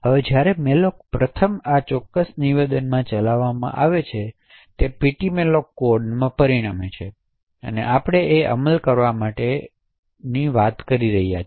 હવે જ્યારે malloc પ્રથમ આ ચોક્કસ નિવેદનમાં ચલાવવામાં નહીં અહીં તે ptmalloc કોડ પરિણમે છે કે આપણે અમલ કરવા માટે વિશે વાત કરવામાં આવી છે